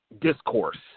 discourse